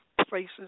places